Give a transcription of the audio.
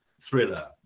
thriller